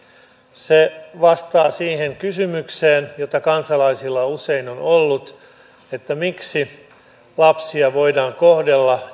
se vastaa siihen kysymykseen joka kansalaisilla usein on ollut miksi lapsia voidaan kohdella